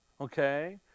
Okay